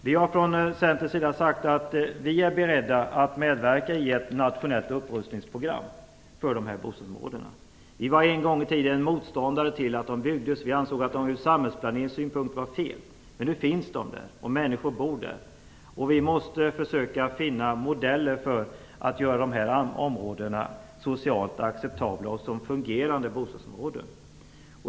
Vi har från centerns sida sagt att vi är beredda att medverka i ett nationellt upprustningsprogram för dessa bostadsområden. Vi var en gång i tiden motståndare till att de byggdes. Vi ansåg att de ur samhällsplaneringssynpunkt var felaktiga. Men nu finns de, och människor bor i dem. Vi måste försöka finna modeller för att göra dessa områden till socialt acceptabla och fungerande bostadsområden.